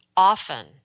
Often